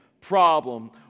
problem